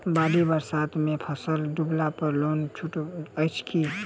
बाढ़ि बरसातमे फसल डुबला पर लोनमे छुटो अछि की